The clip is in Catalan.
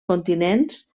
continents